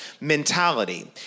mentality